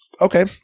okay